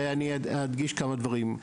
ואני אדגיש כמה דברים.